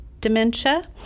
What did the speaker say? dementia